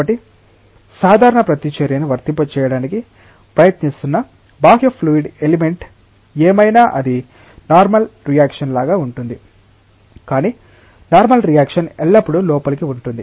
కాబట్టి సాధారణ ప్రతిచర్య ను వర్తింపజేయడానికి ప్రయత్నిస్తున్న బాహ్య ఫ్లూయిడ్ ఎలిమెంట్ ఏమైనా అది నార్మల్ రియాక్షన్ లాగా ఉంటుంది కాని నార్మల్ రియాక్షన్ ఎల్లప్పుడూ లోపలికి ఉంటుంది